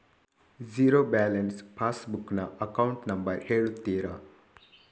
Zero balance passbook ನ account number ಹೇಳುತ್ತೀರಾ?